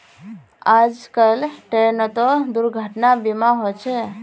आजकल ट्रेनतो दुर्घटना बीमा होचे